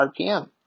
RPM